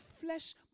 flesh